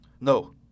No